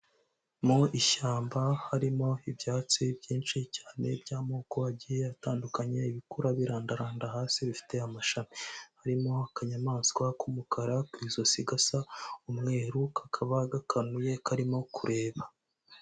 Mu ishyamba harimo ibyatsi byinshi cyane by'amoko agiye atandukanye, ibikura birandaranda hasi bifite amashami, harimo akanyamaswa k'umukara ku ijosi gasa umweru, kakaba gakanuye karimo kureba.